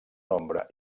nombre